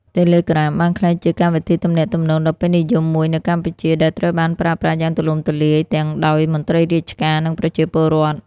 Telegram បានក្លាយជាកម្មវិធីទំនាក់ទំនងដ៏ពេញនិយមមួយនៅកម្ពុជា ដែលត្រូវបានប្រើប្រាស់យ៉ាងទូលំទូលាយទាំងដោយមន្ត្រីរាជការ និងប្រជាពលរដ្ឋ។